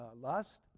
lust